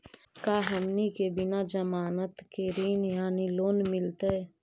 का हमनी के बिना जमानत के ऋण यानी लोन मिलतई?